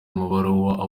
amabaruwa